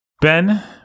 Ben